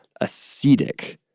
ascetic